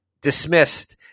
dismissed